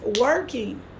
working